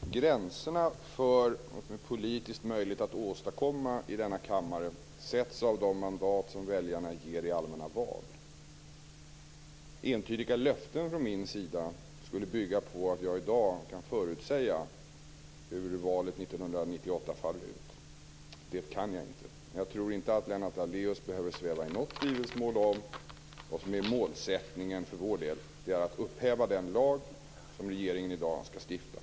Herr talman! Jag skall börja med att besvara Lennart Daléus fråga. Gränserna för vad som är politiskt möjligt att åstadkomma i denna kammare sätts av de mandat som väljarna ger i allmänna val. Entydiga löften från min sida skulle bygga på att jag i dag kan förutsäga hur valet 1998 faller ut. Det kan jag inte. Men jag tror inte att Lennart Daléus behöver sväva i något tvivelsmål om vad som är målsättningen för vår del. Det är att upphäva den lag som riksdagen i dag skall stifta.